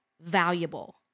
valuable